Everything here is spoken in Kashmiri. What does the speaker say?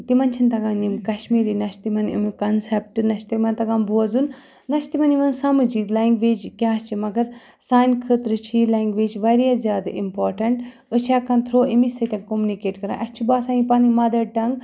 تِمَن چھِنہٕ تگان یِم کشمیٖری نہ چھِ تِمَن اَمیُک کَنسٮ۪پٹ نہ چھِ تِمَن تگان بوزُن نہ چھِ تِمَن یِوان سَمٕجھ یہِ لٮ۪نٛگویج کیٛاہ چھِ مگر سانہِ خٲطرٕ چھِ یہِ لٮ۪نٛگویج واریاہ زیادٕ اِمپاٹَنٛٹ أسۍ چھِ ہیٚکان تھرٛوٗ أمی سۭتۍ کوٚمنِکیٹ کَران اَسہِ چھِ باسان یہِ پَنٕنۍ مَدَر ٹنٛگ